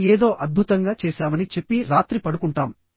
మనం ఏదో అద్భుతంగా చేశామని చెప్పి రాత్రి పడుకుంటాం